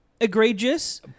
egregious